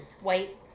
White